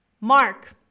mark